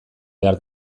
behar